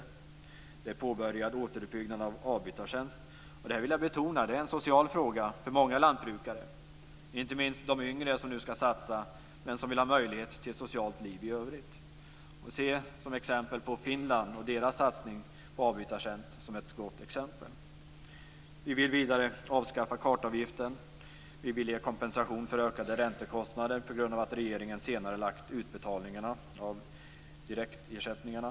Det handlar om en påbörjad återuppbyggnad av avbytartjänst. Jag vill betona att detta är en social fråga för många lantbrukare, inte minst för de yngre som nu ska satsa men som vill ha möjlighet till ett socialt liv i övrigt. Man kan som ett bra exempel se på Finlands satsning på avbytartjänst. Det handlar om att avskaffa kartavgiften. Det handlar om att vi vill ge kompensation för ökade räntekostnader på grund av att regeringen har senarelagt utbetalningarna av direktersättningarna.